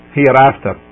hereafter